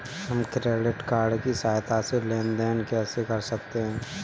हम credit card की सहायता से लेन देन कैसे कर सकते हैं?